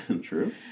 True